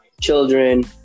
children